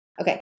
okay